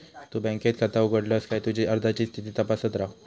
तु बँकेत खाता उघडलस काय तुझी अर्जाची स्थिती तपासत रव